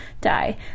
die